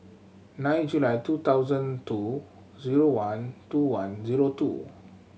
nine July two thousand two zero one two one zero two